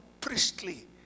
priestly